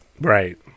Right